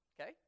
okay